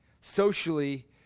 socially